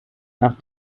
nach